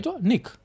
Nick